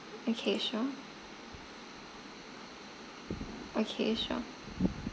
okay sure okay sure